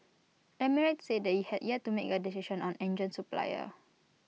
emirates said IT had yet to make A decision on engine supplier